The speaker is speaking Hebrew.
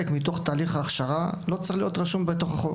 ומהווים חלק מתוך תהליך ההכשרה לא צריכים להיות רשומים בתוך החוק.